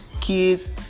kids